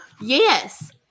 Yes